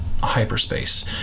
hyperspace